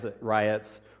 riots